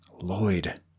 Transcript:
lloyd